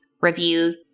review